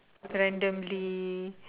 randomly